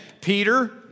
Peter